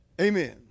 Amen